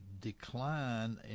decline